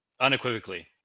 unequivocally